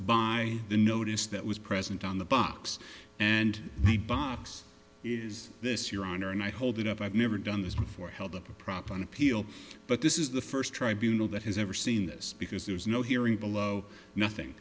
by the notice that was present on the box and the box is this your honor and i hold it up i've never done this before held the prop on appeal but this is the first tribunals that has ever seen this because there's no hearing below nothing